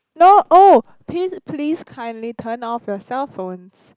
no oh please please kindly turn off your cell phones